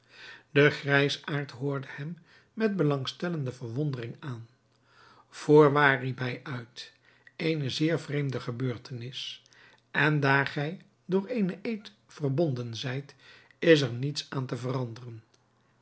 de grijsaard hoorde hem met belangstellende verwondering aan voorwaar riep hij uit eene zeer vreemde gebeurtenis en daar gij door eenen eed verbonden zijt is er niets aan te veranderen